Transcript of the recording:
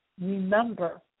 remember